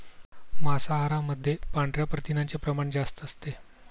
मांसाहारामध्ये पांढऱ्या प्रथिनांचे प्रमाण जास्त असते